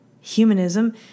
humanism